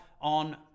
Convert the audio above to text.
on